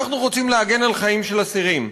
אנחנו רוצים להגן על חיים של אסירים.